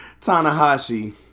Tanahashi